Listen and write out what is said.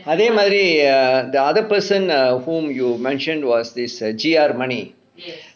I think madi err the other person err whom you mentioned was this err G_R money